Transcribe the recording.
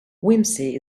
whimsy